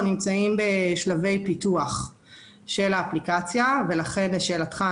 נמצאים בשלבי פיתוח של האפליקציה לשאלתך,